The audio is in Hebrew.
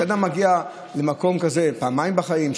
מקום כזה שאדם מגיע אליו פעמיים בחיים,